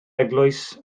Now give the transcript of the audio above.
eglwys